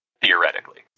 theoretically